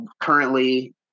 currently